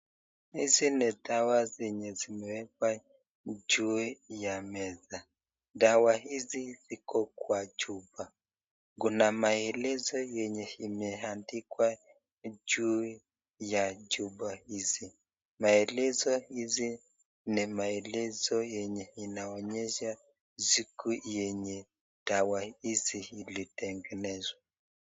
Hizi ni dawa zenye zimewekwa juu ya meza. Dawa hizi ziko kwa chupa kuna maelezo yenye imeandikwa juu ya chupa hizi .Maelezo hizi ni maelezo yenye inaonyesha siku yenye dawa hizi ilitengenezwa.